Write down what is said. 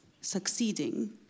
succeeding